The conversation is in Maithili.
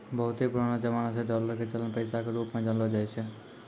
बहुते पुरानो जमाना से डालर के चलन पैसा के रुप मे जानलो जाय छै